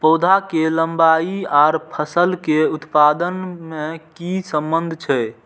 पौधा के लंबाई आर फसल के उत्पादन में कि सम्बन्ध छे?